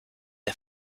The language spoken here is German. der